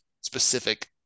specific